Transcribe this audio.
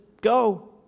go